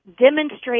demonstrate